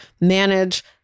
manage